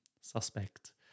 suspect